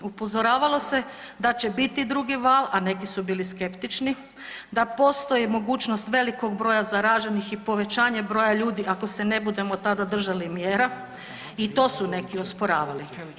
Upozoravalo se da će biti drugi val, a neki su bili skeptični, da postoje mogućnosti velikog broja zaraženih i povećanje broja ljudi ako se ne budemo tada držali mjera i to su neki osporavali.